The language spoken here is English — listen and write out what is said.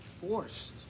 forced